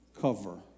cover